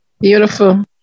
Beautiful